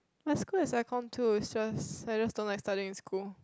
my school is aircon too is just I just don't like studying in school